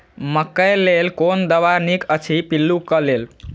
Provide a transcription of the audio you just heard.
मकैय लेल कोन दवा निक अछि पिल्लू क लेल?